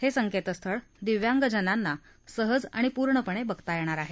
हे संकेतस्थळ दिव्यांगजनांना सहज आणि पूर्णपणे बघता येणार आहे